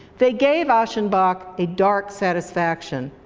they gave aschenbach a dark satisfaction.